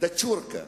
דאצ'ורקה.